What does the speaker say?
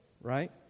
right